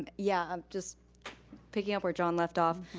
yeah, i'm just picking up where john left off.